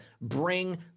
bring